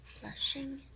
blushing